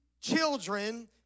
children